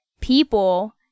people